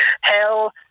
Hell